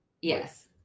yes